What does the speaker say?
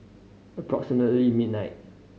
approximately midnight